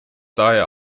daher